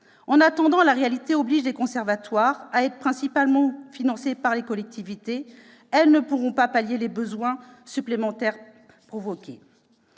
En attendant, la réalité oblige les conservatoires à être principalement financés par les collectivités. Or celles-ci ne pourront pas pallier les besoins supplémentaires.